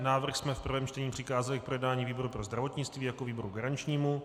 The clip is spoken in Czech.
Návrh jsme v prvém čtení přikázali k projednání výboru pro zdravotnictví jako výboru garančnímu.